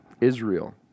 Israel